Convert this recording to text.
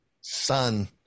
son